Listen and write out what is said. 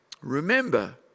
Remember